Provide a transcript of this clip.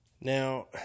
Now